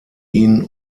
ihn